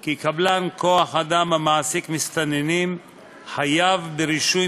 כי קבלן כוח-אדם המעסיק מסתננים חייב ברישוי